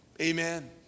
Amen